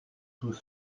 tous